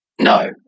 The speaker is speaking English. No